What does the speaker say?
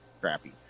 crappy